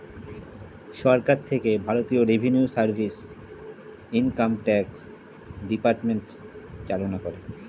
সরকার থেকে ভারতীয় revenue service, income tax department চালনা করে